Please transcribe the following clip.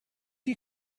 you